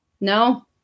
No